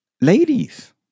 Ladies